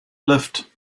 lift